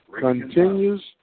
continues